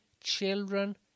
children